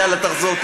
יאללה, תחזור.